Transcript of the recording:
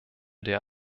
der